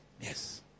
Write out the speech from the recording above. Yes